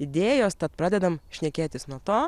idėjos tad pradedam šnekėtis nuo to